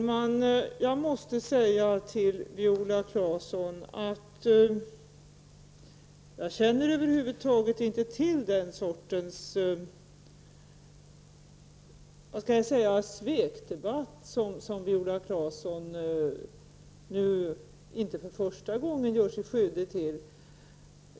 Herr talman! Jag måste säga att jag inte förstår den sortens svekdebatt som Viola Claesson nu, inte för första gången, gör sig skyldig till.